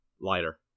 lighter